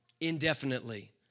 indefinitely